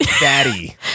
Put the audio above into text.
Daddy